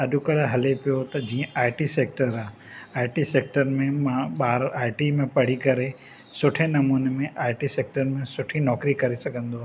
अॼुकल्ह हले पियो त जीअं आई टी सेक्टर आहे आई टी सेक्टर में मां ॿार आई टी में पढ़ी करे सुठे नमूने में आई टी सैक्टर में सुठी नौकरी करे सघंदो आहे